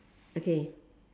okay